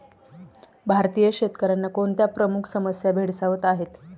भारतीय शेतकऱ्यांना कोणत्या प्रमुख समस्या भेडसावत आहेत?